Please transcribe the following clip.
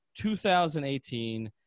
2018